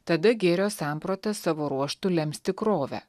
tada gėrio samprata savo ruožtu lems tikrovę